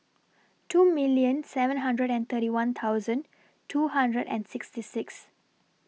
two million seven hundred and thirty one thousand two hundred and sixty six